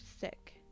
sick